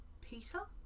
Peter